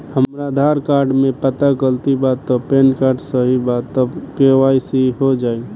हमरा आधार कार्ड मे पता गलती बा त पैन कार्ड सही बा त के.वाइ.सी हो जायी?